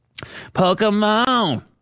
Pokemon